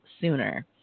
sooner